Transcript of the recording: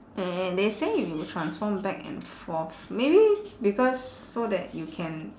and they say you transform back and forth maybe because so that you can